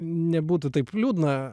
nebūtų taip liūdna